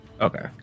Okay